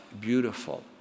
beautiful